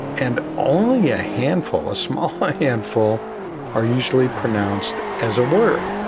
and only a handful, a small ah handful are usually pronounced as a word.